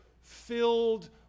filled